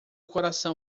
coração